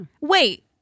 Wait